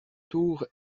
tour